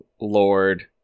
lord